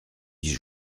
dix